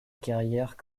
carrière